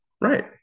Right